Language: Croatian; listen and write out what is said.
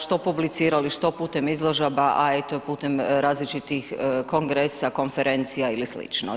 Što publicirali, što putem izložaba, a eto i putem različitih kongresa, konferencija ili slično.